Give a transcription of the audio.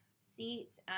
seat